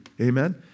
Amen